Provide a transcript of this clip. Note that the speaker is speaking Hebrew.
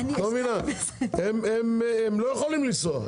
הם לא יכולים לנסוע,